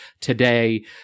Today